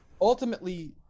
Ultimately